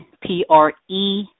P-R-E